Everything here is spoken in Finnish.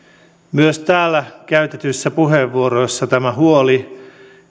myös täällä käytetyissä puheenvuoroissa huoli